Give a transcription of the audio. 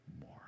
more